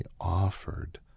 offered